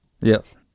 Yes